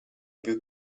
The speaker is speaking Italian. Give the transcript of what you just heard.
più